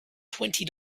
twenty